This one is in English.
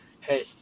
hey